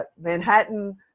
Manhattan